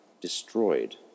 destroyed